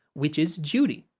which is judy.